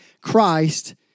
Christ